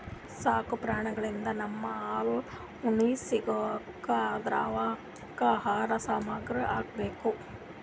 ಸಾಕು ಪ್ರಾಣಿಳಿಂದ್ ನಮ್ಗ್ ಹಾಲ್ ಉಣ್ಣಿ ಸಿಗ್ಬೇಕ್ ಅಂದ್ರ ಅವಕ್ಕ್ ಆಹಾರ ಸರ್ಯಾಗ್ ಹಾಕ್ಬೇಕ್